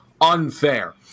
unfair